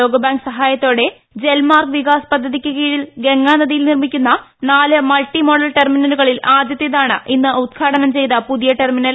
ലോകബാങ്ക് സഹായത്തോടെ ജൽമാർഗ് വികാസ് പദ്ധതിക്ക് കീഴിൽ ഗംഗാനദിയിൽ നിർമ്മിക്കുന്ന നാലു മൾട്ടി ഒമാഡൽ ടെർമിനലുകളിൽ ആദ്യത്തേതാണ് ഇന്ന് ഉദ്ഘാടനം പ്രച്ചെയ്ത് പുതിയ ടെർമിനൽ